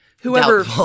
whoever